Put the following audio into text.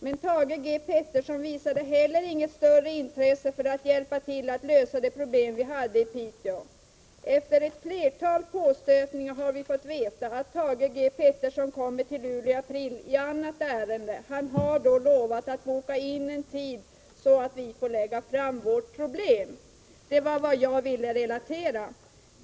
Men Thage G Peterson visade heller inget större intresse för att hjälpa att lösa de problem vi har i Piteå. Efter ett flertal påstötningar ha vi fått veta att Thage G Peterson kommer till Luleå i april i annat ärende, man har lovat boka in en tid så att vi får lägga fram våra problem.” Detta var vad jag ville relatera.